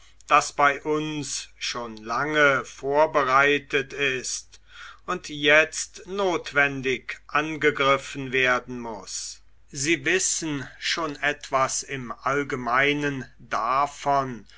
das bei uns schon lange vorbereitet ist und jetzt notwendig angegriffen werden muß sie wissen schon etwas im allgemeinen davon